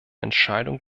entscheidung